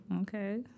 Okay